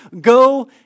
go